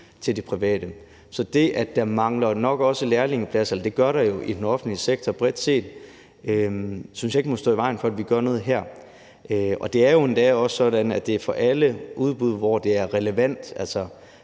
til det private. Så det, at der også mangler lærlingepladser i den offentlige sektor bredt set, synes jeg ikke må stå i vejen for, at vi gør noget her. Og det er jo endda også sådan, at det for alle udbud, hvor det er relevant, også